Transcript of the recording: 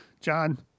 John